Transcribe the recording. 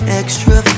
extra